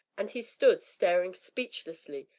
and he stood staring speechlessly,